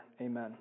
Amen